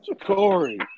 Corey